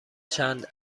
چند